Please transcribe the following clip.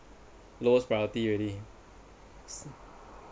lowest priority already